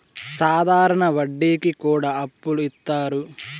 సాధారణ వడ్డీ కి కూడా అప్పులు ఇత్తారు